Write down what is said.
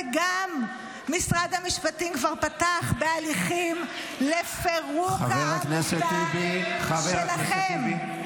וגם משרד המשפטים כבר פתח בהליכים לפירוק העמותה שלכם,